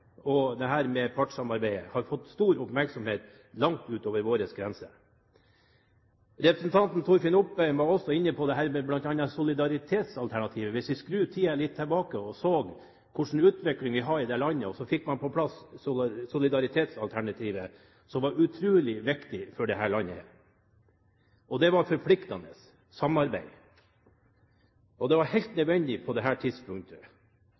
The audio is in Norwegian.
og partssamarbeidet har fått stor oppmerksomhet langt utover våre grenser. Representanten Torfinn Opheim var også inne på solidaritetsalternativet, bl.a. Hvis vi skrur tiden litt tilbake og ser på hvilken utvikling vi har hatt i dette landet, fikk man altså på plass solidaritetsalternativet, som var utrolig viktig. Det var forpliktende samarbeid, og det var helt nødvendig på det tidspunktet, når man så på situasjonen, som han sa. Jeg tror og mener at det